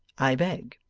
i beg